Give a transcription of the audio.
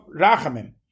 Rachamim